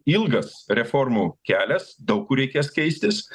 ilgas reformų kelias daug kur reikės keistis